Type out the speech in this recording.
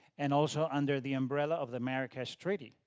and also under the umbrella of the americas treaty,